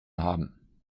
haben